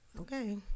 Okay